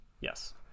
yes